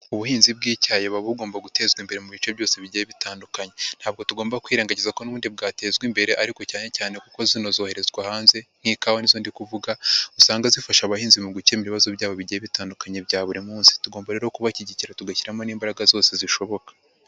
Ubuhinzi bw'icyayi buba bugomba gutezwa imbere mu bice byose bigiye bitandukanye, ntabwo tugomba kwirengagiza ko n'ubundi bwatezwa imbere ariko cyane cyane kuko zino zoherezwa hanze nk'ikawa ni zo ndi kuvuga, usanga zifasha abahinzi mu gukemura ibibazo byabo bigiye bitandukanye bya buri munsi, tugomba rero kubashyigikira tugashyiramo n'imbaraga zose zishoboka.